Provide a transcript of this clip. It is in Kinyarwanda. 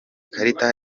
karita